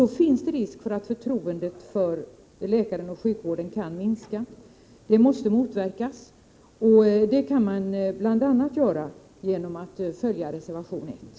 Det finns då en risk för att förtroendet för läkaren och sjukvården minskar. Detta måste motverkas. Så kan ske om riksdagen följer reservation 1.